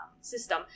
system